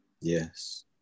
Yes